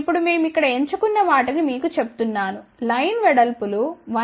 ఇప్పుడు మేము ఇక్కడ ఎంచు కున్న వాటిని మీకు చెప్తున్నాను లైన్ వెడల్పు లు 1